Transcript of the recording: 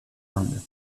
inde